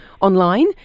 online